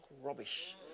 rubbish